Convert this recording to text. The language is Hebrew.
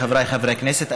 חבריי חברי הכנסת,